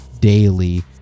daily